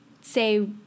say